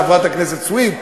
חברת הכנסת סויד,